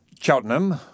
Cheltenham